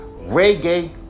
reggae